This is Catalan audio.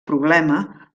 problema